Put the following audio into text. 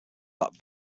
that